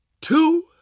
two